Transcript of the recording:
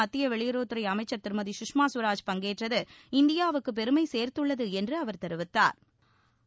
மத்திய வெளியுறவுத்துறை அமைச்சர் திருமதி சுஷ்மா சுவராஜ் பங்கேற்றது இந்த கூட்டத்திற்கு இந்தியாவுக்கு பெருமை சேர்த்துள்ளது என்று அவர் தெரிவித்தாா்